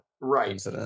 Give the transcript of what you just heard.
Right